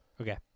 Okay